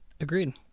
Agreed